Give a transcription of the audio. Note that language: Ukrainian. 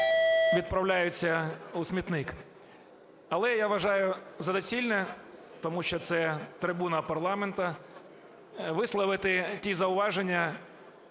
відправляються у смітник. Але я вважаю за доцільне, тому що це трибуна парламенту, висловити ті зауваження,